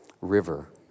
river